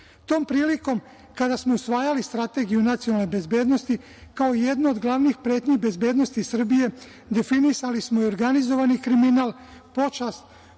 prilikom, kada smo usvajali Strategiju nacionalne bezbednosti, kao jednu od glavnih pretnji bezbednosti Srbije definisali smo i organizovani kriminal, pošast